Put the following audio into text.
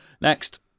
Next